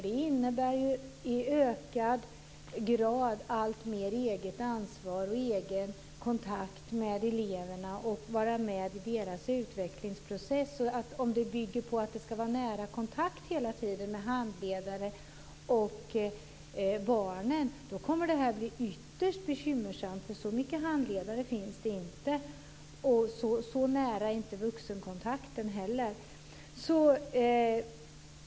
Den innebär alltmer eget ansvar och egen kontakt med eleverna och att i ökad grad vara med i deras utvecklingsprocess. Om den bygger på att det hela tiden ska vara nära kontakt med handledare och barnen kommer det här att bli ytterst bekymmersamt, för så många handledare finns det inte. Och så nära är inte vuxenkontakten heller.